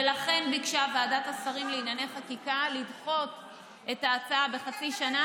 ולכן ביקשה ועדת השרים לענייני חקיקה לדחות את ההצעה בחצי שנה,